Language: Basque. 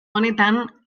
honetan